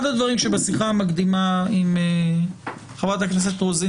אחד הדברים שבשיחה המקדימה עם חברת הכנסת רוזין